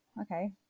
okay